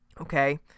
Okay